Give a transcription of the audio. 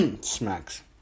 Smacks